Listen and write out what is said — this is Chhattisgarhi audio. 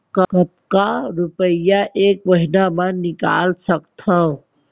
कतका रुपिया एक महीना म निकाल सकथव?